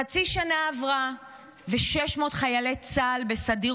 חצי שנה עברה ו-600 חיילי צה"ל בסדיר